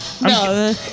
No